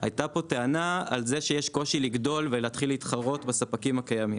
הייתה טענה על כך שיש קושי לגדול ולהתחיל להתחרות בספקים הקיימים.